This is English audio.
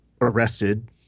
arrested